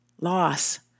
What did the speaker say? loss